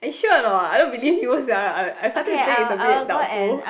are you sure or not I don't believe you sia I I started to think it's a bit doubtful